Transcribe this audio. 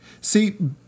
See